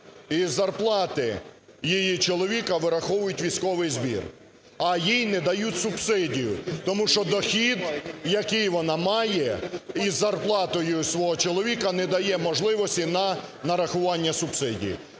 із зарплати її чоловіка вираховують військовий збір, а їй не дають субсидію, тому що дохід, який вона має із зарплатою свого чоловіка, не дає можливості на нарахування субсидій,